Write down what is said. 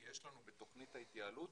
כי יש לנו בתוכנית התייעלות